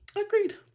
Agreed